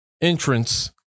entrance